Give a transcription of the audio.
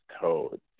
code